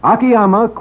Akiyama